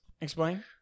explain